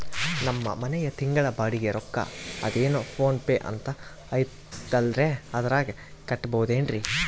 ನಮ್ಮ ಮನೆಯ ತಿಂಗಳ ಬಾಡಿಗೆ ರೊಕ್ಕ ಅದೇನೋ ಪೋನ್ ಪೇ ಅಂತಾ ಐತಲ್ರೇ ಅದರಾಗ ಕಟ್ಟಬಹುದೇನ್ರಿ?